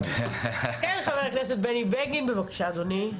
חבר הכנסת בני בגין, בבקשה, אדוני.